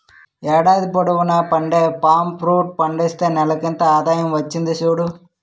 ఏడాది పొడువునా పండే పామ్ ఫ్రూట్ పండిస్తే నెలకింత ఆదాయం వచ్చింది సూడు